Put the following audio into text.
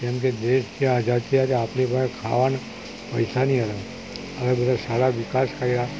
જેમકે દેશ છે આઝાદ ત્યારે આપણી પાસે ખાવાનું પૈસા નહીં હતાં હવે બધા સારા વિકાસ કર્યા